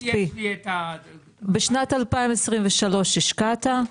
בשנת 2023 השקעת,